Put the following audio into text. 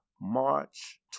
March